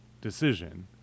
decision